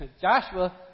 Joshua